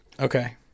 Okay